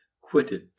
quitted